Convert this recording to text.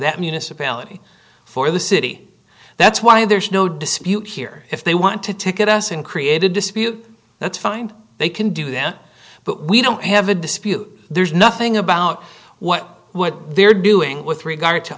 that municipality for the city that's why there's no dispute here if they want to ticket us and create a dispute that's fine they can do that but we don't have a dispute there's nothing about what what they're doing with regard to